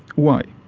why?